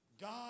God